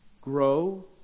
grow